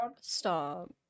Stop